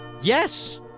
Yes